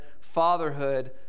fatherhood